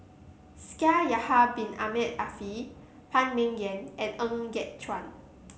Shaikh Yahya Bin Ahmed Afifi Phan Ming Yen and Ng Yat Chuan